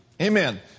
Amen